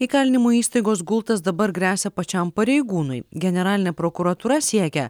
įkalinimo įstaigos gultas dabar gresia pačiam pareigūnui generalinė prokuratūra siekia